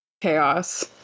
chaos